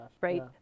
Right